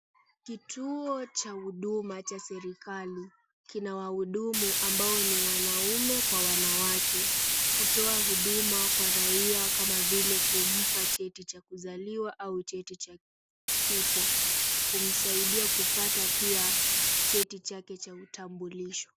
Kituo cha huduma cha serikali ,kina wanahudumu ambao ni wanaume kwa wanawake, utoa huduma kwa raia kama vile kumpa cheti cha kuzaliwa au cheti cha kifo ,umsaidia pia kupata cheti chake cha utambulisho.